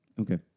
Okay